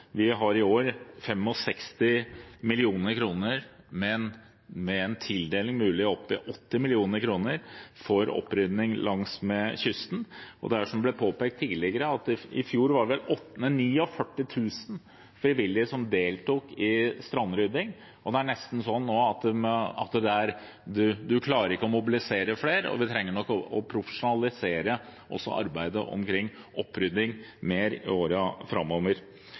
Vi har i år 65 mill. kr, men med en mulig tildeling opp mot 80 mill. kr til opprydding langsmed kysten. Som det ble påpekt tidligere, var det vel i fjor 49 000 frivillige som deltok i strandrydding. Det er nesten slik nå at man ikke klarer å mobilisere flere, og man trenger nok å profesjonalisere arbeidet omkring opprydding mer i årene framover.